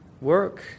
work